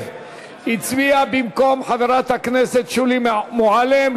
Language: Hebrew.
הצביע במקום חברת הכנסת שולי מועלם.